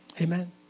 Amen